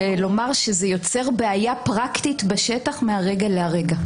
ולומר שזה יוצר בעיה פרקטית בשטח מהרגע לרגע.